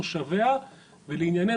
תושביה ולעניינו,